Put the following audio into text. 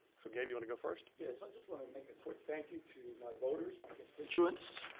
so gabe you wanna go first? yes, i just want to make a quick thank you to my voters, my constituents,